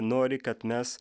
nori kad mes